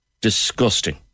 Disgusting